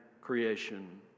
creation